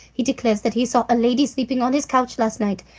he declares that he saw a lady sleeping on his couch last night,